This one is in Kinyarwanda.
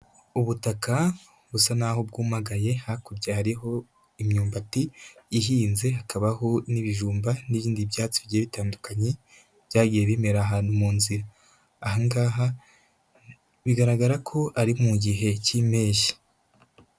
Ubutaka busa naho bwumagaye, hakurya hariho imyumbati ihinze, hakabaho n'ibijumba, n'ibindi byatsi bigiye bitandukanye, byagiye bimera ahantu mu nzira, ahangaha bigaragara ko ari mu gihe cy'impeshyi.